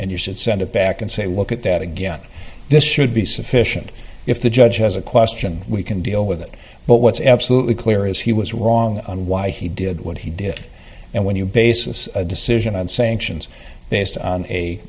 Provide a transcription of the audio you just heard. and you should send it back and say look at that again this should be sufficient if the judge has a question we can deal with it but what's absolutely clear is he was wrong on why he did what he did and when you bases a decision on sanctions based on a